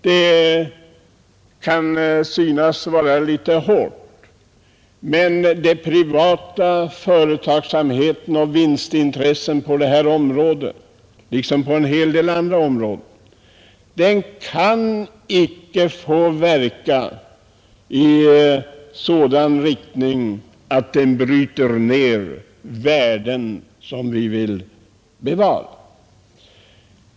Det kan synas vara hårt, men den privata företagsamheten och det privata vinstintresset kan på det här området — liksom på en del andra områden — inte tillåtas verka på ett sådant sätt att värden bryts ned som vi vill bevara.